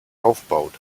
aufbaut